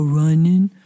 running